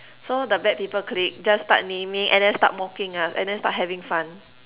so the bad people clique just start naming and then start mocking us and then start having fun